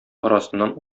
арасыннан